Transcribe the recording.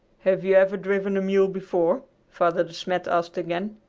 have you ever driven a mule before? father de smet asked again.